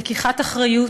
לקיחת אחריות,